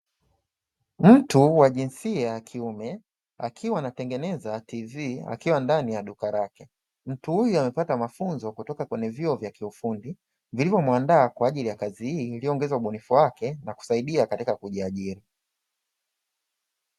Mtu wa jinsia ya kiume akiwa anatengeneza televisheni akiwa ndani ya duka lake, mtu huyo amepata mafunzo kutoka kwenye vyuo vya kiufundi, vilivyomwandaa kwa ajili ya kazi hii, iliyoongeza ubunifu wake na kusaidia katika kujiajiri.